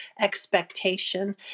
expectation